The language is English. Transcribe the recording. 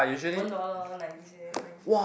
one dollar ninety cent ninety